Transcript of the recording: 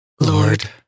Lord